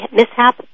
mishap